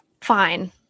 fine